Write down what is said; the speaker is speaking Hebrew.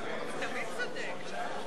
אבל אמרת שהנשים מרוויחות 100,000 שקל.